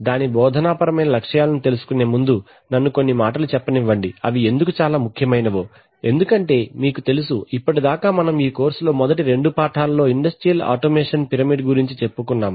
దాని బోధనా పరమైన లక్ష్యాలను తెలుసుకునే ముందు నన్ను కొన్ని మాటలు చెప్పనివ్వండి అవి ఎందుకు చాలా ముఖ్యమైనవో ఎందుకంటే మీకు తెలుసు ఇప్పటిదాకా మనం ఈ కోర్సులో మొదటి రెండు పాఠాలలో ఇండస్ట్రియల్ ఆటోమేషన్ పిరమిడ్ గురించి చెప్పుకున్నాం